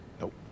Nope